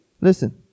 listen